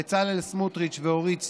בצלאל סמוטריץ' ואורית סטרוק,